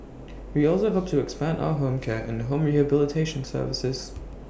we also hope to expand our home care and home rehabilitation services